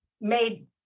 made